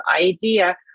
idea